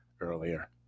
earlier